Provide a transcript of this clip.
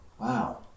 Wow